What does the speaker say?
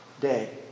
day